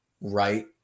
right